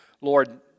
Lord